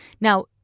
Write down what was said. Now